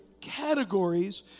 categories